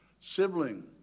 sibling